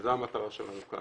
וזו המטרה שלנו כאן,